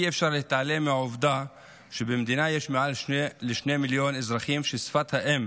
אי-אפשר להתעלם מהעובדה שבמדינה יש מעל שני מיליון אזרחים ששפת האם